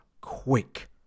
Quick